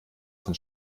von